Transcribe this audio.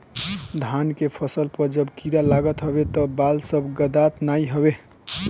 धान के फसल पअ जब कीड़ा लागत हवे तअ बाल सब गदात नाइ हवे